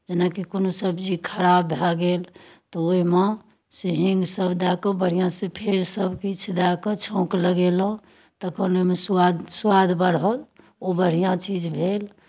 जेनाकि कोनो सब्जी खराब भए गेल तऽ ओहिमे से हीङ्गसभ दए कऽ बढ़िआँसँ फेर सभ किछु दए कऽ छौँक लगेलहुँ तखन ओहिमे स्वाद स्वाद बढ़ल ओ बढ़िआँ चीज भेल